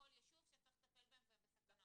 בכל ישוב שצריך לטפל בהם והם בסכנה.